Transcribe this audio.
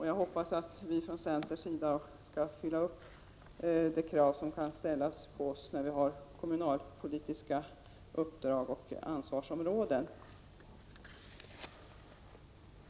Jag hoppas att vi inom centern skall kunna motsvara de krav som ställs på oss på detta område inom kommunalpolitiken.